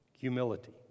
Humility